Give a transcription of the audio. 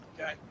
Okay